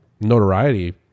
notoriety